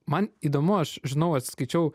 man įdomu aš žinau skaičiau